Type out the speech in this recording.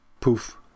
poof